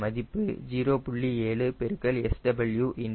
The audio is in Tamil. இதன் மதிப்பு 0